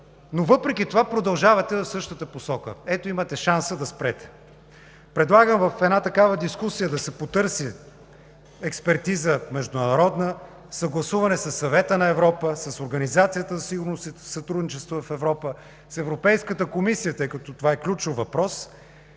въпреки това продължавате в същата посока. Ето, имате шанса да спрете. Предлагам в една такава дискусия да се потърси международна експертиза, съгласуване със Съвета на Европа, с Организацията за сигурност и сътрудничество в Европа, с Европейската комисия, тъй като това е ключов въпрос.